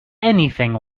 anything